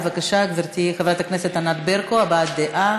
בבקשה, גברתי חברת הכנסת ענת ברקו, הבעת דעה.